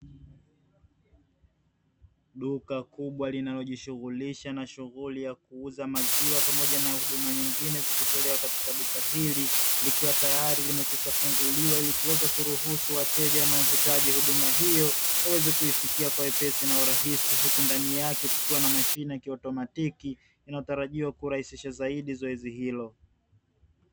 Duka kubwa linalojishughulisha na shughuli ya kuuza maziwa, pamoja na huduma nyingine zikitolewa katika duka hili, likiwa tayari limekwisha funguliwa ili kuweza kuruhusu wateja wanaohitaji huduma hiyo waweze kuifikia kwa wepesi na urahisi, huku ndani yake kukiwa na mashine ya kiotomatiki inayotarajiwa kurahisisha zaidi zoezi hilo.